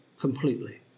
completely